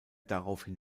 daraufhin